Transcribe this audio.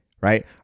right